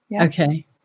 Okay